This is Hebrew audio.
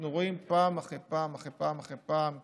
אנחנו רואים שפעם אחר פעם אחר פעם אחר פעם אחר פעם,